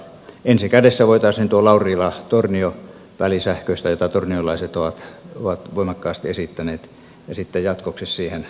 ensi kädessä voitaisiin tuo laurilatornio väli sähköistää mitä torniolaiset ovat voimakkaasti esittäneet ja sitten jatkoksi siihen torniokolari välin sähköistäminen